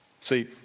See